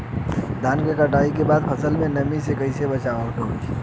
धान के कटाई के बाद फसल के नमी से कइसे बचाव होखि?